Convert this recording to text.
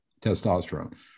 testosterone